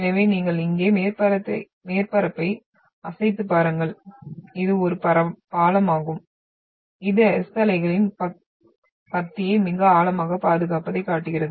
எனவே நீங்கள் இங்கே மேற்பரப்பை அசைத்துப் பாருங்கள் இது ஒரு பாலமாகும் இது S அலைகளின் பத்தியை மிக அழகாக பாதுகாப்பதைக் காட்டுகிறது